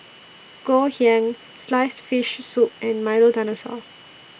Ngoh Hiang Sliced Fish Soup and Milo Dinosaur